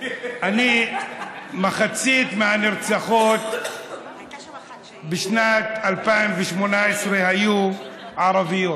מחצית מהנרצחות בשנת 2018 היו ערביות.